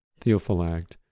Theophylact